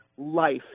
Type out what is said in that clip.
life